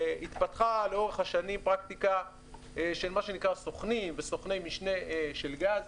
התפתחה לאורך השנים פרקטיקה של מה שנקרא סוכנים וסוכני משנה של גז.